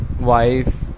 wife